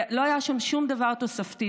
לא היה שם שום דבר תוספתי.